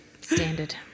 Standard